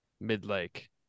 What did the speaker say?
mid-lake